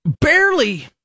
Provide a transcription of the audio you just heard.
barely